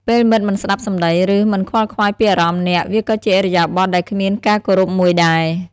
ពេលមិត្តមិនស្ដាប់សម្ដី ឬ មិនខ្វល់ខ្វាយពីអារម្មណ៍អ្នក វាក៏ជាឥរិយាបថដែលគ្មានការគោរពមួយដែរ។